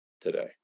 today